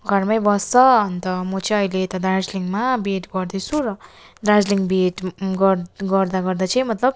घरमै बस्छ अन्त म चाहिँ अहिले यता दार्जिलिङमा बिएड गर्दैछु र दार्जिलिङ बिएड गर् गर्दा गर्दा चाहिँ मतलब